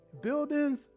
buildings